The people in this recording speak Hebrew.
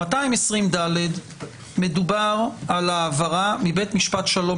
ב-220ד מדובר על העברה מבית משפט שלום